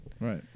Right